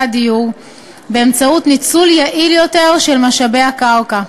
הדיור באמצעות ניצול יעיל יותר של משאבי הקרקע.